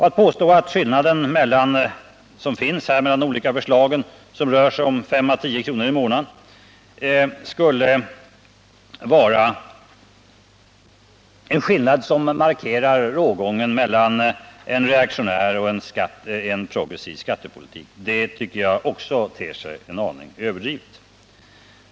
Att påstå att skillnaden mellan de olika förslagen — det rör sig som mest om ett par tior i månaden — skulle vara en skillnad som markerar rågången mellan en reaktionär och en progressiv skattepolitik, det tycker jag också ter sig en aning överdrivet.